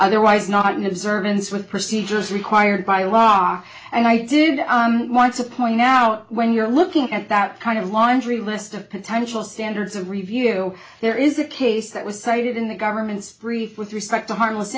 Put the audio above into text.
otherwise not an observance with procedures required by law and i do want to point now when you're looking at that kind of laundry list of potential standards of review there is a case that was cited in the government's brief with respect to harmless